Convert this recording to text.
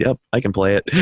yep. i can play it.